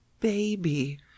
baby